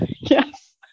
Yes